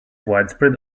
widespread